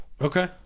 Okay